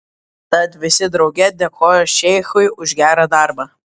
tad visi drauge dėkojo šeichui už gerą darbą